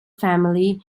family